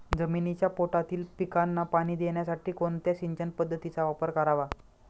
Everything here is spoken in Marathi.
जमिनीच्या पोटातील पिकांना पाणी देण्यासाठी कोणत्या सिंचन पद्धतीचा वापर करावा?